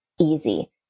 easy